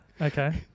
Okay